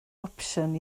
opsiwn